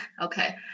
Okay